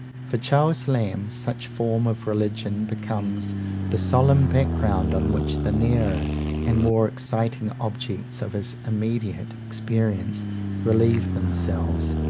for charles lamb, such form of religion becomes the solemn background on which the nearer and more exciting objects of his immediate experience relieve themselves,